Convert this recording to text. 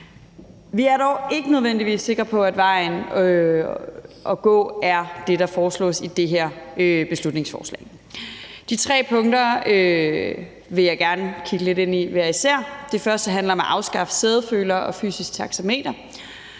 Vi er dog ikke nødvendigvis sikre på, at vejen at gå er det, der foreslås i det her beslutningsforslag. De tre punkter vil jeg gerne kigge lidt ind i hver især. Det første handler om at afskaffe sædefølere og fysisk taxameter.